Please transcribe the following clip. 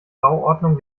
bauordnung